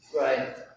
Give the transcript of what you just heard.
Right